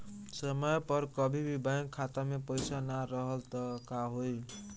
समय पर कभी बैंक खाता मे पईसा ना रहल त का होई?